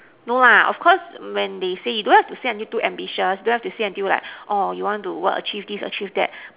no lah of course when they say you don't have to say until too ambitious don't have to say until like orh you want to what achieve this achieve that